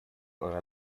eure